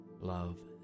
love